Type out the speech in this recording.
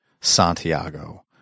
Santiago